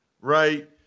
right